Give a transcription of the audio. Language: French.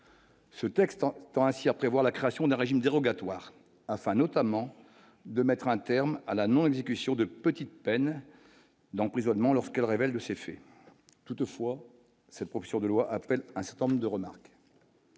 Ce texte en temps assis à prévoir la création d'un régime dérogatoire afin notamment de mettre un terme à la non-exécution de petites peines donc raisonnement lorsqu'elle révèle de ces faits toutefois cette profession de loi appelle à forme de remarques.